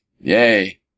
Yay